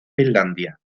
finlandia